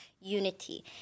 unity